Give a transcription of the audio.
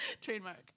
Trademark